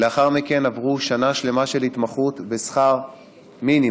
ולאחר מכן עברו שנה שלמה של התמחות בשכר מינימום,